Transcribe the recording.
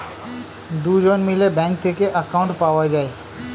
দুজন মিলে ব্যাঙ্ক থেকে অ্যাকাউন্ট পাওয়া যায়